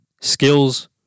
Skills